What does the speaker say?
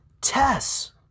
Tess